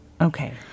Okay